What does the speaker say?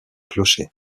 clocher